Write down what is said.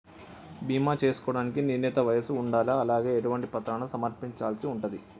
బీమా చేసుకోవడానికి నిర్ణీత వయస్సు ఉండాలా? అలాగే ఎటువంటి పత్రాలను సమర్పించాల్సి ఉంటది?